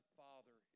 father